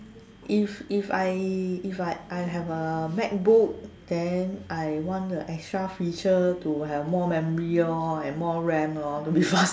if if I if I I have a MacBook then I want the extra feature to have more memory lor and more RAM lor to be fas~